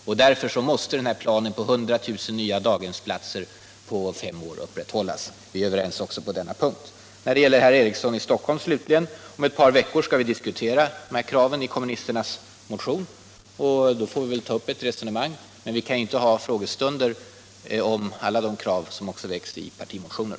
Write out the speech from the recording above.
Och därför måste planen på 100 000 nya daghemsplatser på fem år upprätthållas — vi är överens också på den punkten. Slutligen till herr Eriksson i Stockholm: Om ett par veckor skall vi diskutera kraven i kommunisternas motion, och då får vi ta upp ett resonemang. Men vi kan inte ha frågestunder om alla de krav som också väckts i partimotioner.